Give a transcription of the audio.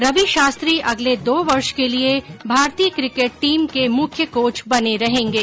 रवि शास्त्री अगले दो वर्ष के लिये भारतीय किकेट टीम के मुख्य कोच बने रहेंगे